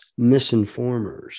misinformers